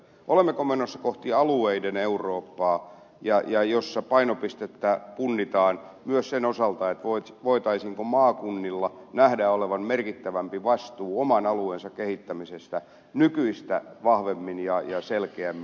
olemmeko menossa kohti alueiden eurooppaa jossa painopistettä punnitaan myös sen osalta voitaisiinko maakunnilla nähdä olevan merkittävämpi vastuu oman alueensa kehittämisestä nykyistä vahvemmin ja selkeämmin